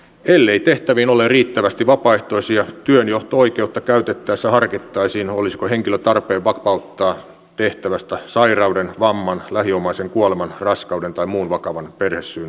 ellei tehtäviin ole riittävästi vapaaehtoisia työnjohto oikeutta käytettäessä harkittaisiin olisiko henkilö tarpeen vapauttaa tehtävästä sairauden vamman lähiomaisen kuoleman raskauden tai muun vakavan perhesyyn johdosta